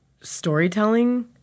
storytelling